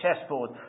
chessboard